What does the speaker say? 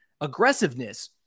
aggressiveness